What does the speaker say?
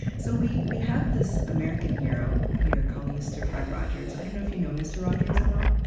so we we have this american hero here, called mr. fred rogers. i don't know if you know mr. rogers at all?